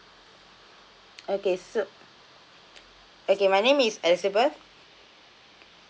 okay so okay my name is elizabeth